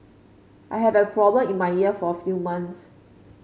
I have a problem in my ear for a few months